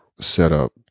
setup